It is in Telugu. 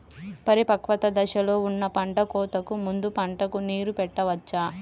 పరిపక్వత దశలో ఉన్న పంట కోతకు ముందు పంటకు నీరు పెట్టవచ్చా?